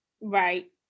right